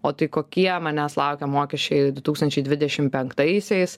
o tai kokie manęs laukia mokesčiai du tūkstančiai dvidešim penktaisiais